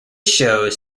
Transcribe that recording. shows